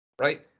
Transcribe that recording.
right